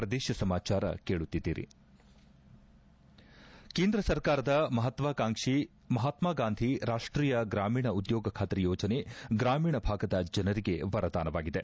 ಸ್ವರ್ಜ್ ಸ್ ಕೇಂದ್ರ ಸರ್ಕಾರದ ಮಹತ್ವಾಕಾಂಕ್ಷಿ ಮಹಾತ್ವಗಾಂಧಿ ರಾಷ್ವೀಯ ಗ್ರಾಮೀಣ ಉದ್ಯೋಗ ಖಾತ್ರಿ ಯೋಜನೆ ಗ್ರಾಮೀಣ ಭಾಗದ ಜನರಿಗೆ ವರದಾನವಾಗಿದೆ